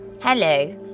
Hello